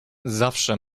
zawsze